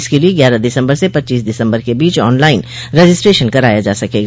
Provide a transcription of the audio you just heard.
इसके लिए ग्यारह दिसम्बर से पच्चीस दिसम्बर के बीच ऑन लाइन रजिस्ट्रेशन कराया जा सकेगा